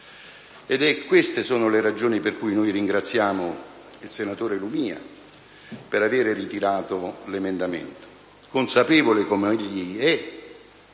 Queste sono le ragioni per cui noi ringraziamo il senatore Lumia per avere ritirato l'emendamento, consapevole come egli è,